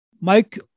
Mike